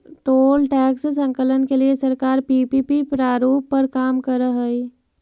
toll tax संकलन के लिए सरकार पीपीपी प्रारूप पर काम करऽ हई